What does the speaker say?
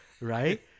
right